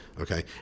Okay